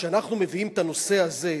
כשאנחנו מביאים את הנושא הזה,